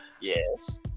Yes